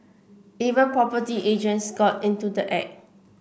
even property agents got into the act